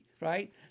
right